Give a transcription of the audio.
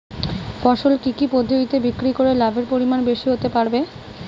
ফসল কি কি পদ্ধতি বিক্রি করে লাভের পরিমাণ বেশি হতে পারবে?